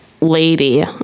Lady